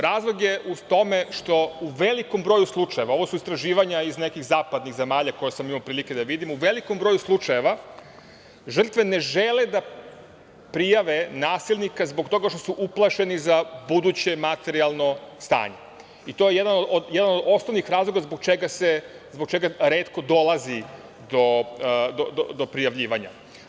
Razlog je u tome što u velikom broju slučajeva, ovo su istraživanja iz nekih zapadnih zemalja koje sam imao prilike da vidim, u velikom broju slučajeva žrtve ne žele da prijave nasilnika zbog toga što su uplašeni za buduće materijalno stanje, i to je jedan od osnovnih razloga zbog čega retko dolazi do prijavljivanja.